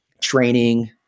training